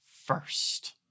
first